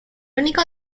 único